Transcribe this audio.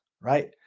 Right